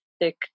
thick